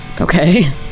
Okay